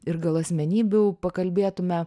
ir gal asmenybių pakalbėtume